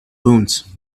bones